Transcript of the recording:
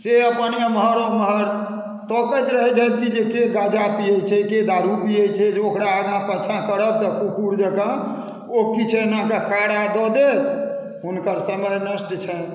से अपन एमहर ओमहर तकैत रहैत छथि जेकि केँ गाँजा पियैत छै केँ दारू पियैत छै जे ओकरा आगाँ पाछाँ करब तऽ कुकुर जकाँ ओ किछु एनाके कारा दऽ दैत हुनकर समय नष्ट छनि